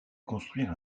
construire